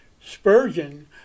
Spurgeon